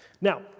Now